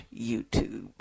youtube